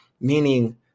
meaning